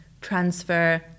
transfer